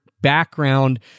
background